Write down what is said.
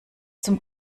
zum